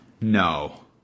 No